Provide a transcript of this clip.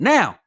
Now